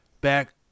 back